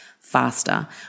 faster